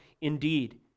indeed